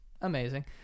amazing